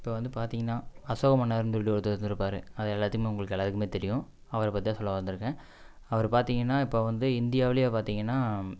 இப்போது வந்து பார்த்தீங்கன்னா அசோக மன்னர்னு சொல்லிட்டு ஒருத்தர் இருந்துருப்பாரு அதை எல்லாத்தையுமே உங்களுக்கு எல்லாருக்குமே தெரியும் அவரை பற்றி தான் சொல்ல வந்துருக்கேன் அவரை பார்த்தீங்கன்னா இப்போது வந்து இந்தியாவவில் பார்த்தீங்கன்னா